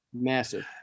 Massive